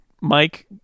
Mike